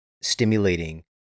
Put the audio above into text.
stimulating